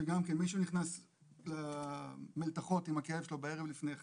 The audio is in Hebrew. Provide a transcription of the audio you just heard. שגם כן מישהו נכנס למלתחות עם הכלב שלו בערב לפני כן,